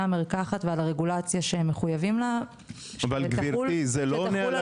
המרקחת ועל הרגולציה שהם מחויבים לה שתחול על כולם,